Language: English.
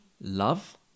love